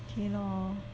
okay lor